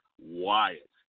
Wyatt